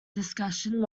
discussion